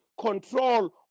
control